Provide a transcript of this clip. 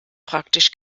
praktisch